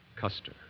Custer